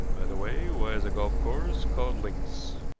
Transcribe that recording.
by the way, why is a golf course called links?